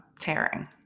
tearing